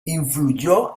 influyó